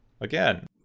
Again